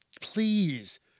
please